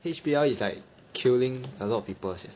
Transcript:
H_B_L is like killing a lot of people sia